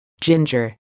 Ginger